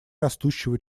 растущего